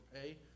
pay